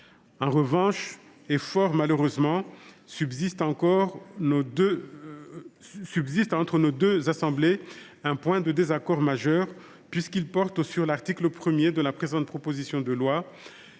En revanche, et fort malheureusement, subsiste entre nos deux assemblées un point de désaccord majeur, puisqu’il porte sur l’article 1 de la présente proposition de loi,